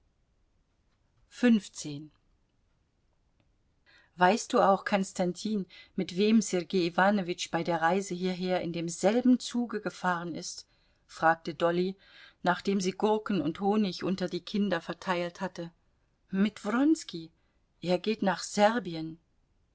weißt du auch konstantin mit wem sergei iwanowitsch bei der reise hierher in demselben zuge gefahren ist fragte dolly nachdem sie gurken und honig unter die kinder verteilt hatte mit wronski er geht nach serbien